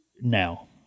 now